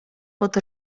pod